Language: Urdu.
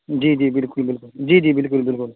جی جی بالکل بالکل جی جی بالکل بالکل